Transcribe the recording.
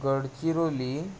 Gadchiroli